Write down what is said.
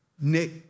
Nick